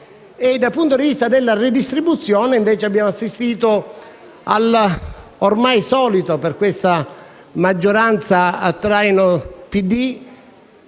Dal punto di vista della redistribuzione, abbiamo invece assistito all'ormai solita, per questa maggioranza a traino del